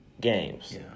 games